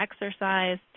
exercise